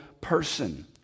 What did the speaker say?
person